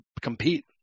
compete